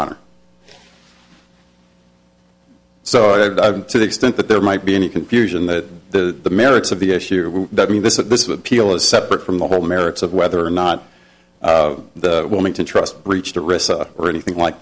on so i've to the extent that there might be any confusion that the merits of the issue that mean this at this appeal is separate from the whole merits of whether or not the wilmington trust reached at risk or anything like